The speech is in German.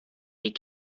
wie